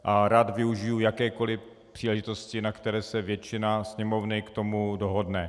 A rád využiji jakékoli příležitosti, na které se většina Sněmovny k tomu dohodne.